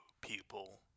people